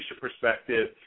perspective